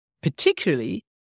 particularly